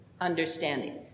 understanding